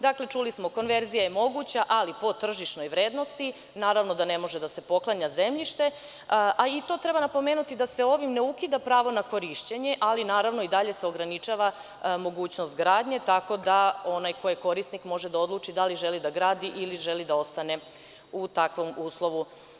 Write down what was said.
Dakle, čuli smo, konverzija je moguća, ali po tržišnoj vrednosti., Naravno da ne može da se poklanja zemljište a i to treba napomenuti da se ovim ne ukida pravo na korišćenje, ali naravno i dalje se ograničava mogućnost gradnje, tako da onaj ko je korisnik može da odluči da li želi da gradi ili želi da ostane u takvom uslovu.